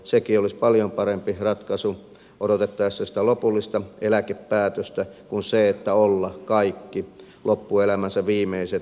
sekin olisi paljon parempi ratkaisu odotettaessa sitä lopullista eläkepäätöstä kuin olla kaikki loppuelämänsä viimeiset työvuodet työttömänä